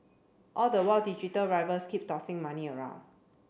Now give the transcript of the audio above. all the while digital rivals keep tossing money around